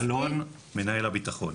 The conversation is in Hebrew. אלון, מנהל הבטחון.